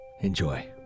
Enjoy